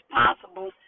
possible